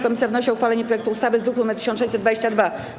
Komisja wnosi o uchwalenie projektu ustawy z druku nr 1622.